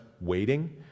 waiting